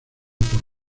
por